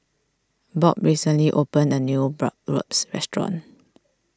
Bob recently opened a new Bratwurst restaurant